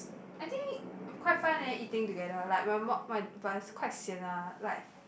I think quite fun leh eating together like my mum but is quite sian lah like